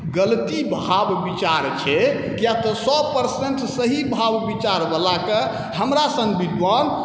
गलती भाव विचार छै किएक तऽ सओ परसेन्ट सही भाव विचारवलाके हमरासन विद्वान